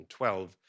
2012